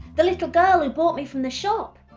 the little girl who bought me from the shop.